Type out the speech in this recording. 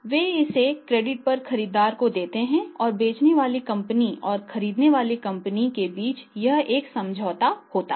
वे इसे क्रेडिट पर खरीदार को देते हैं और बेचने वाली कंपनी और खरीदने वाली कंपनी के बीच यह एक समझौता होता है